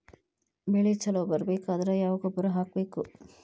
ಬೆಳಿ ಛಲೋ ಬರಬೇಕಾದರ ಯಾವ ಗೊಬ್ಬರ ಹಾಕಬೇಕು?